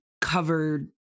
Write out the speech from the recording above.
covered